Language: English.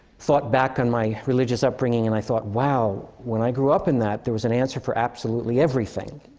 thought back on my religious upbringing. and i thought, wow. when i grew up in that, there was an answer for absolutely everything.